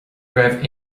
raibh